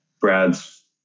Brad's